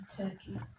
Turkey